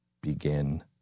begin